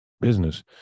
business